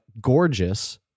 gorgeous